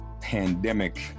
pandemic